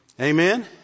Amen